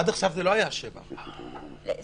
עד עכשיו זה לא היה 7. כן,